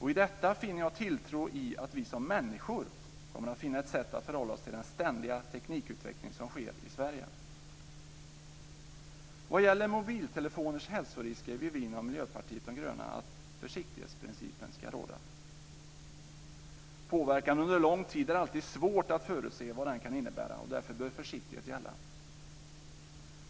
I detta finner jag en tilltro till att vi som människor kommer att finna ett sätt att förhålla oss till den ständiga teknikutveckling som sker i Vad gäller mobiltelefoner och de hälsoriskerna vill vi i Miljöpartiet de gröna att försiktighetsprincipen ska råda. Det är alltid svårt att se vad en påverkan under en lång tid kan innebära. Därför bör försiktighet gälla.